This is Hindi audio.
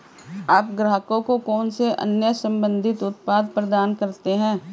आप ग्राहकों को कौन से अन्य संबंधित उत्पाद प्रदान करते हैं?